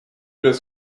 just